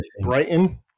Brighton